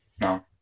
No